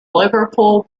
liverpool